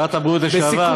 שרת הבריאות לשעבר,